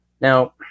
Now